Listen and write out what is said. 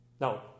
Now